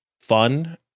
fun